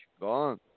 gone